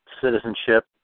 citizenship